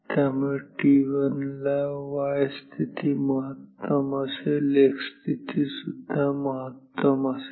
त्यामुळे t1 ला y स्थिती महत्तम असेल x स्थिती सुद्धा महत्तम असेल